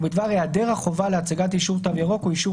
ובדבר היעדר החובה להצגת אישור "תו ירוק" או אישור